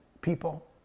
people